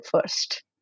first